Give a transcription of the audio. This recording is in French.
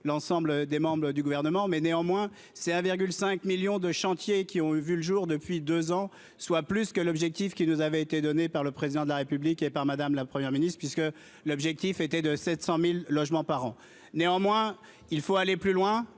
l'ensemble des membres du gouvernement, mais néanmoins c'est 1,5 millions de chantiers qui ont vu le jour depuis 2 ans, soit plus que l'objectif qui nous avait été donné par le président de la République et par madame la première ministre puisque l'objectif était de 700000 logements par an, néanmoins, il faut aller plus loin,